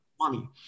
money